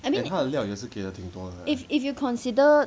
I mean if if you consider